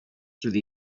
through